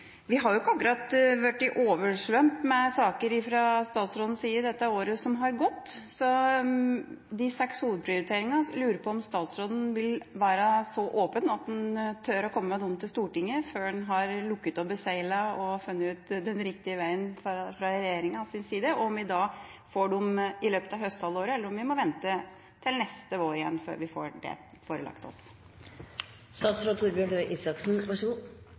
Vi har jo ikke akkurat vært oversvømt med saker fra statsrådens side det året som har gått. Men når det gjelder de seks hovedprioriteringene, lurer jeg på om statsråden vil være så åpen at han tør å komme med dem til Stortinget før han har lukket og beseglet og funnet ut den riktige veien fra regjeringas side, og om vi får dem i løpet av høsthalvåret, eller om vi må vente til neste vår igjen før vi får oss forelagt dem. Det var jo ganske mye uenighet i spørretimen forrige onsdag, så